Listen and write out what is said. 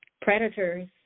Predators